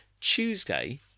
Tuesday